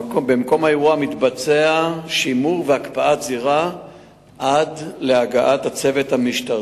במקום האירוע מתבצע שימור והקפאת זירה עד להגעת הצוות המשטרתי.